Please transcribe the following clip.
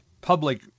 public